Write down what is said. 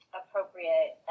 appropriate